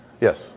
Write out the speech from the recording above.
Yes